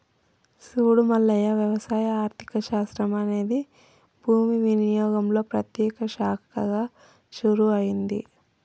సూడు మల్లయ్య వ్యవసాయ ఆర్థిక శాస్త్రం అనేది భూమి వినియోగంలో ప్రత్యేక శాఖగా షురూ అయింది